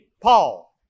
Paul